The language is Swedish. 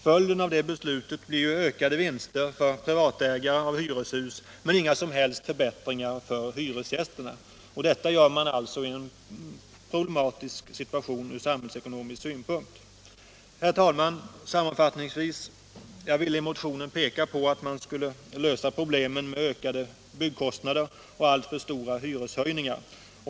Följden av ett sådant beslut blir ökade vinster för privatägare av hyreshus men inga som helst förbättringar för hyresgästerna. Detta gör man alltså i en från samhällsekonomisk synpunkt problematisk situation. Herr talman! Sammanfattningsvis: Jag ville i motionen peka på att det gäller att snabbt försöka lösa problemen med ökade byggkostnader och alltför stora hyreshöjningar.